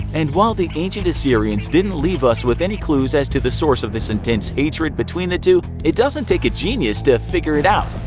and while the ancient assyrians didn't leave us with any clues as to the source of this intense hatred between the two, it doesn't take a genius to figure it out.